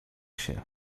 się